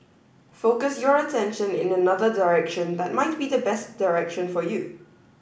focus your attention in another direction that might be the best direction for you